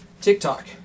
TikTok